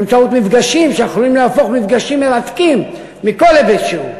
באמצעות מפגשים שיכולים להפוך מפגשים מרתקים מכל היבט שהוא.